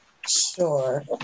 Sure